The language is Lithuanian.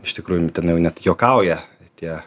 iš tikrųjų ten jau net juokauja tie